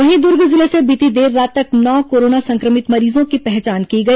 वहीं दुर्ग जिले से बीती देर रात तक नौ कोरोना संक्र भित मरीजों की पहचान की गई